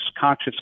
conscious